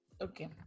okay